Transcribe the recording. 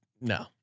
no